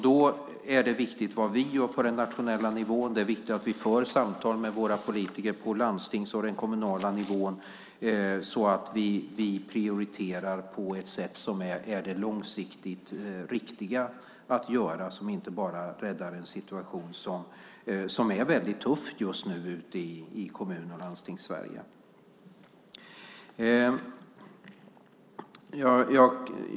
Det är viktigt vad vi gör på nationell nivå. Det är viktigt att vi för samtal med politiker på landstingsnivå och kommunal nivå så att vi prioriterar på ett sätt som är långsiktigt riktigt och inte bara räddar en situation som just nu är väldigt tuff i Kommun och Landstingssverige.